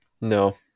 No